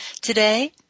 Today